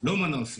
לא מה נעשה.